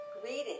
Greetings